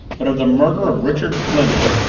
but of the murder of richard fleming!